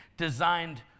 Designed